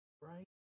right